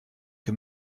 que